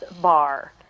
Bar